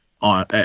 on